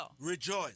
Rejoice